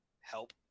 help